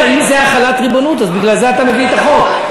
אם זה החלת ריבונות אז בגלל זה אתה מביא את החוק.